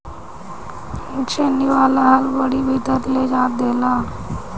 छेनी वाला हल बड़ी भीतर ले जोत देला